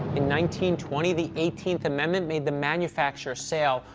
in one twenty, the eighteenth amendment made the manufacture, sale,